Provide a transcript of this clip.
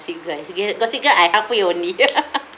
gossip girl girl gossip girl I halfway only